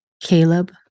Caleb